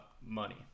money